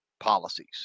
policies